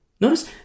Notice